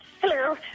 Hello